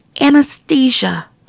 anesthesia